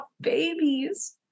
babies